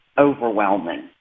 overwhelming